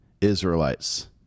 Israelites